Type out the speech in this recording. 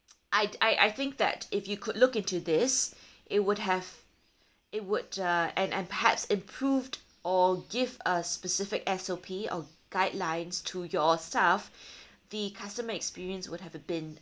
I I I think that if you could look into this it would have it would uh and and perhaps improved or give a specific S_O_P or guidelines to your staff the customer experience would have been